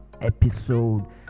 episode